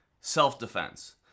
self-defense